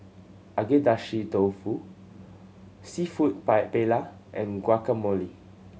Agedashi Dofu Seafood Pie Paella and Guacamole